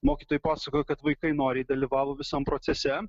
mokytojai pasakoja kad vaikai noriai dalyvavo visam procese